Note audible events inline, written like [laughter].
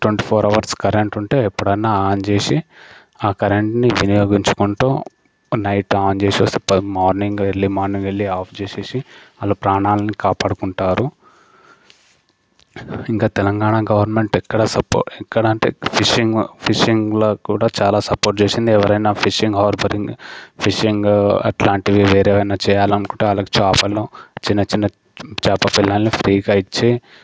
twenty four hours current ఉంటే ఎప్పుడనా on చేసి ఆ కరెంట్ని వినియోగించుకుంటూ నైట్ ఆన్ చేసి వస్తే మార్నింగ్ ఎర్లీ మార్నింగ్ వెళ్లి ఆఫ్ చేసేసి వాళ్ల ప్రాణాల్ని కాపాడుకుంటారు ఇంకా తెలంగాణ గవర్నమెంట్ ఎక్కడ సపోర్ట్ ఎక్కడ అంటే ఫిషింగ్ ఫిషింగ్లో కూడా చాలా సపోర్ట్ చేసింది ఎవరైనా ఫిషింగ్ [unintelligible] ఫిషింగ్ అట్లాంటివి వేరేవైనా చేయాలనుకుంటే వాళ్లకు చేపలు చిన్న చిన్న చేప పిల్లల్ని ఫ్రీగా ఇచ్చి